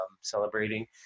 celebrating